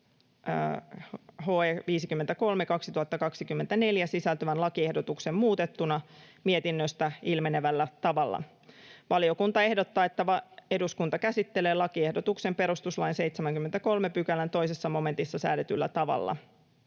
HE 53/2024 sisältyvän lakiehdotuksen muutettuna mietinnöstä ilmenevällä tavalla. Valiokunta ehdottaa, että eduskunta käsittelee lakiehdotuksen perustuslain 73 §:n 2 momentissa säädetyllä tavalla.